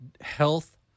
health